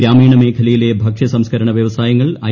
ഗ്രാമീണ മേഖലയിലെ ഭക്ഷ്യ സംസ്കരണ വ്യവസായങ്ങൾ ഐ